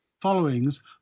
followings